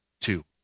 two